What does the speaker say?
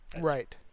Right